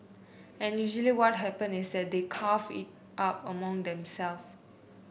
and usually what happens is that they carve it up among themself